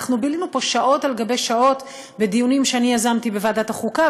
אנחנו בילינו פה שעות על שעות בדיונים שאני יזמתי בוועדת החוקה,